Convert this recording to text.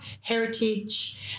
heritage